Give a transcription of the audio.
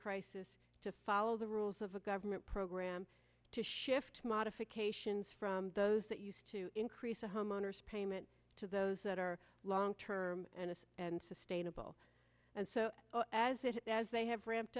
crisis to follow the rules of a government program to shift modifications from those that used to increase the homeowner's payment to those that are long term and it's and sustainable and so as it as they have ramped